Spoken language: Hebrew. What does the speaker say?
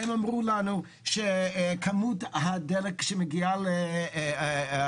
הם אמרו לנו שכמות הדלק שמגיע לעקבה,